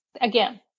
again